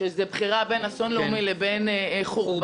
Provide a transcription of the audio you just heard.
שזאת בחירה בין אסון לאומי לבין חורבן,